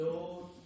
Lord